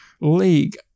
League